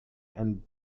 and